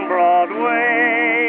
Broadway